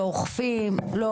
לא